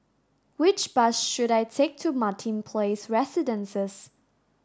which bus should I take to Martin Place Residences